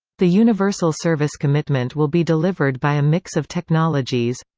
the universal service commitment will be delivered by a mix of technologies